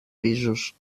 pisos